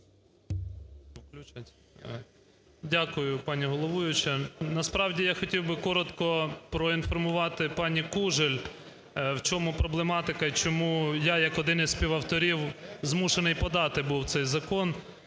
Дякую, пані головуюча. Насправді я хотів би коротко проінформувати пані Кужель, в чому проблематика і чому я як один із співавторів змушений подати був цей закон.